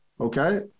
Okay